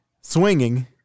swinging